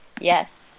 Yes